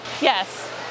Yes